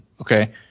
okay